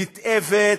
נתעבת,